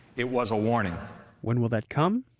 it was a warning when will that come?